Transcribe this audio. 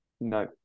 No